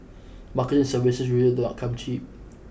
marketing services usually do not come cheap